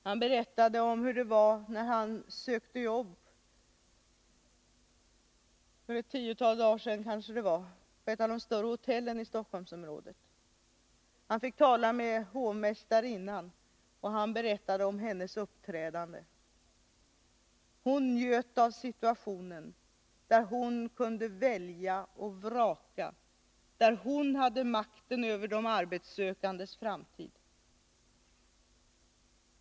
Han berättade om hur det var när han för ett tiotal dagar sedan sökte jobb på ett av de större hotellen i Stockholmsområdet. Han fick tala med hovmästarinnan, och han berättade om hennes uppträdande. Hon njöt av situationen, där hon kunde välja och vraka, där hon hade makten över de arbetssökandes framtid.